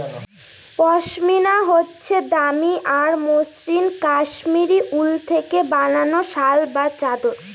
পশমিনা হচ্ছে দামি আর মসৃণ কাশ্মীরি উল থেকে বানানো শাল বা চাদর